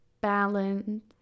balance